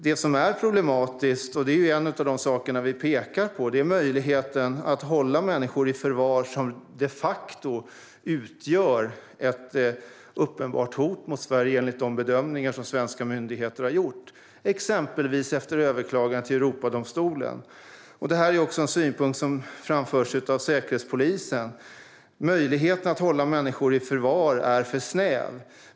Det som är problematiskt, och det är en av de saker vi pekar på, är möjligheten att hålla människor i förvar som de facto utgör ett uppenbart hot mot Sverige enligt de bedömningar som svenska myndigheter har gjort, exempelvis efter överklagande till Europadomstolen. Detta är också en synpunkt som framförs av Säkerhetspolisen. Möjligheten att hålla människor i förvar är för snäv.